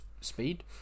speed